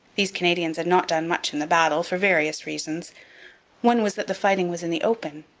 these canadians had not done much in the battle, for various reasons one was that the fighting was in the open,